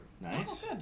nice